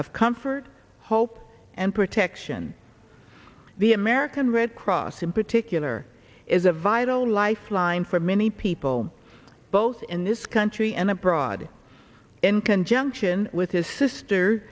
of comfort hope and protection the american red cross in particular is a vital lifeline for many people both in this country and abroad in conjunction with his sister